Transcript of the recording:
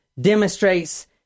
demonstrates